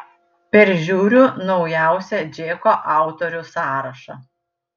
peržiūriu naujausią džeko autorių sąrašą